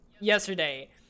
yesterday